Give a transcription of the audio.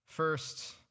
First